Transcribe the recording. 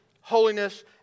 holiness